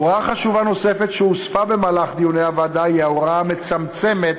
הוראה חשובה נוספת שהוספה במהלך דיוני הוועדה היא ההוראה המצמצמת